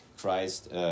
Christ